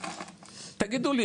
תגידו לי,